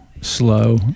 slow